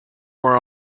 were